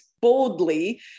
boldly